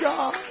God